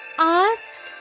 ask